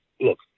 look